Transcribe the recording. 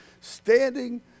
standing